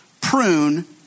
prune